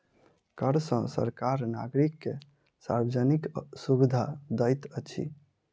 कर सॅ सरकार नागरिक के सार्वजानिक सुविधा दैत अछि